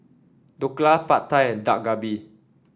Dhokla Pad Thai and Dak Galbi